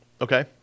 Okay